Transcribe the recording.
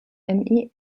mir